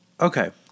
okay